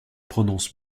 prononce